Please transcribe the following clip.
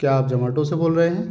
क्या आप जोमाटो से बोल रहे हैं